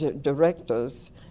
directors